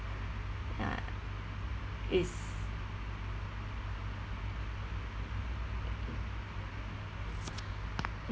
ya it's